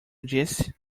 disse